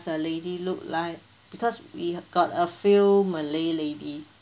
the lady look like because we got a few malay ladies